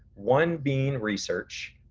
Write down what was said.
one being research.